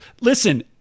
listen